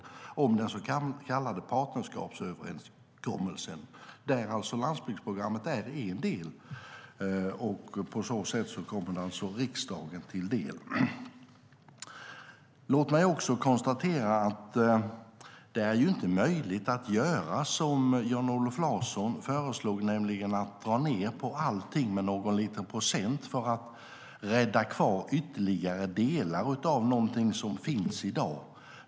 Skrivelsen tar upp den så kallade partnerskapsöverenskommelsen, där alltså landsbygdsprogrammet är en del. På så sätt kommer det riksdagen till del. Låt mig också konstatera att det inte är möjligt att göra som Jan-Olof Larsson föreslog, nämligen dra ned på allting med någon liten procent för att rädda delar av någonting som finns i dag.